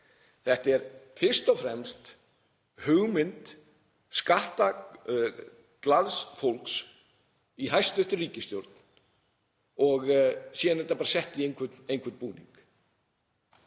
Þetta er fyrst og fremst hugmynd skattaglaðs fólks í hæstv. ríkisstjórn og síðan er þetta bara sett í einhvern búning.